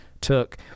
took